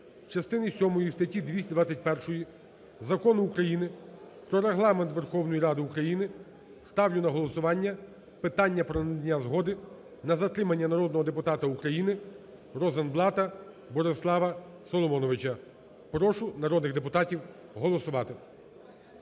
частини сьомої статті 221 Закону України "Про Регламент Верховної Ради України" ставлю на голосування питання про надання згоди на затримання народного депутата України Розенблата Борислава Соломоновича. Прошу народних депутатів голосувати.